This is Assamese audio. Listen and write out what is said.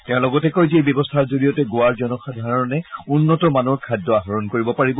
তেওঁ লগতে কয় যে এই ব্যৱস্থাৰ জৰিয়তে গোৱাৰ জনসাধাৰণে উন্নত মানৰ খাদ্য আহৰণ কৰিব পাৰিব